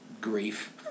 grief